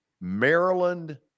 Maryland